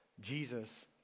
Jesus